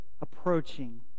approaching